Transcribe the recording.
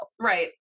right